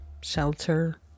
shelter